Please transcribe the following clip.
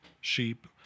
sheep